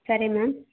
ಸರಿ ಮ್ಯಾಮ್